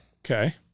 Okay